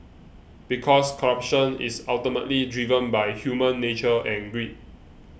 because corruption is ultimately driven by human nature and greed